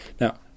Now